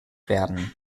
werden